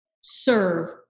serve